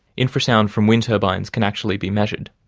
infrasound from wind turbines can actually be measured.